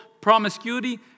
promiscuity